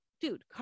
dude